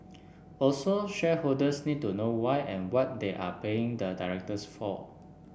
also shareholders need to know why and what they are paying the directors for